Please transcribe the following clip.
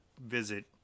visit